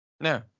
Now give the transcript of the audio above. No